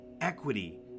equity